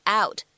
out